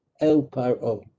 el-Paro